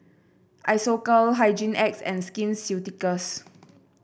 Isocal Hygin X and Skin Ceuticals